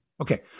Okay